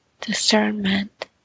discernment